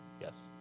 yes